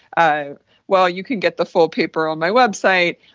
ah well, you can get the full paper on my website,